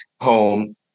home